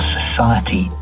society